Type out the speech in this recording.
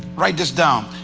write this down,